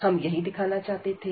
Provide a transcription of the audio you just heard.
हम यही दिखाना चाहते थे